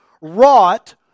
wrought